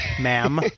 ma'am